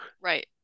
Right